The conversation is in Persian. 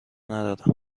ندارم